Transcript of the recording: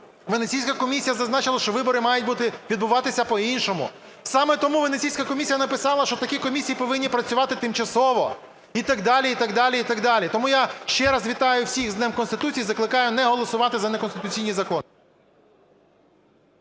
Венеційська комісія зазначила, що вибори мають відбуватися по-іншому. Саме тому Венеційська комісія написала, що в такій комісії повинні працювати тимчасово і так далі, і так далі, і так далі. Тому я ще раз вітаю всіх з Днем Конституції, закликаю не голосувати за неконституційний закон.